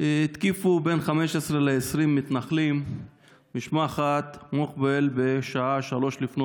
התקיפו בין 15 ל-20 מתנחלים את משפחת מוקבל בשעה 03:00,